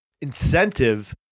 incentive